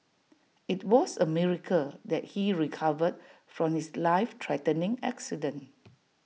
IT was A miracle that he recovered from his life threatening accident